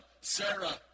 Sarah